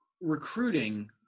recruiting